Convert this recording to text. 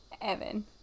Evan